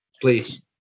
please